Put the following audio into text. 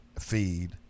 feed